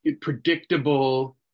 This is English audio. predictable